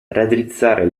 raddrizzare